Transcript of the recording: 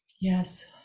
Yes